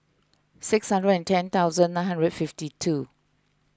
six hundred and ten thousand nine hundred and fifty two